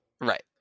Right